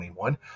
2021